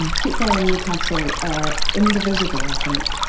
ah football and newcastle are indivisible i think,